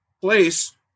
place